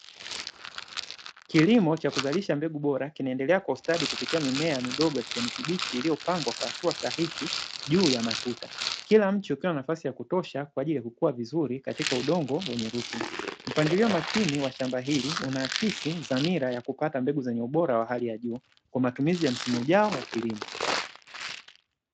Kilimo cha kuzalisha mbegu bora, kinaendelea kwa ustadi kupitia mimea midogo ya kijani kibichi iliyopandwa kwa hatua sahihi juu ya matuta, kila mche ukiwa na nafasi ya kutosha kwa ajili ya kukua vizuri katika udongo wenye rutuba. Mpangilio makini wa shamba hili, unaakisi dhamira ya kupata mbegu zenye ubora wa hali ya juu, kwa matumizi ya msimu ujao wa kilimo.